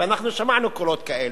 ואנחנו שמענו קולות כאלה,